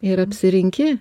ir apsirinki